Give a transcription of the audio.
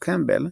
קמפבל,